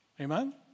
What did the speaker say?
Amen